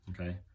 Okay